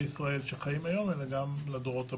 ישראל שחיים היום אלא גם לדורות הבאים.